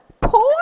poor